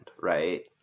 right